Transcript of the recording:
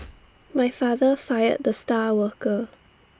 my father fired the star worker